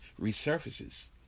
resurfaces